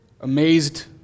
amazed